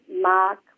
Mark